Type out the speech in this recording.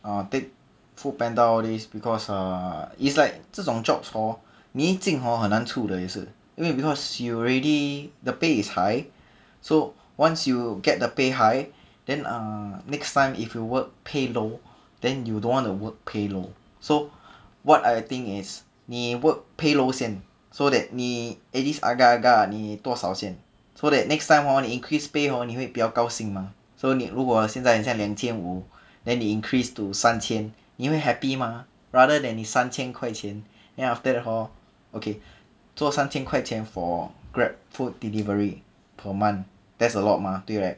uh take food panda all these because uh it's like 这种 jobs hor 你已经 hor 很难出的也是因为 you already the pay is high so once you get the pay high then uh next time if you work pay low then you don't wanna work pay low so what I think is 你 work pay low 先 so that 你 at least agar agar 你多少先 so that hor next time 你 increase pay hor 你会比较高兴 mah so 如果现在你两千五 then 你 increase to 三千你会 happy mah rather than 你三千块钱 then after that hor okay 做三千块钱 for GrabFood delivery per month that's a lot mah 对 right